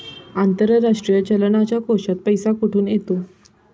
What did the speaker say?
आंतरराष्ट्रीय चलनाच्या कोशात पैसा कुठून येतो?